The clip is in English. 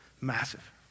massive